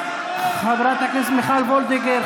חברת הכנסת מיכל וולדיגר,